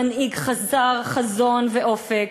מנהיג חסר חזון ואופק,